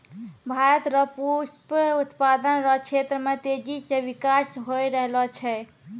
भारत रो पुष्प उत्पादन रो क्षेत्र मे तेजी से बिकास होय रहलो छै